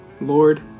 Lord